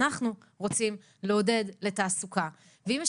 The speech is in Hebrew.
אנחנו רוצים לעודד לתעסוקה ואם יש